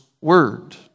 Word